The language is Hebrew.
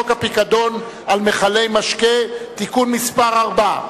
אין חוק העיטורים במשטרת ישראל ובשירות בתי-הסוהר (תיקון מס' 3),